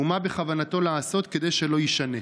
ומה בכוונתו לעשות כדי שלא יישנה?